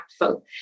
impactful